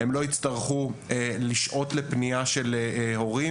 הן לא יצטרכו לשעות לפנייה של הורים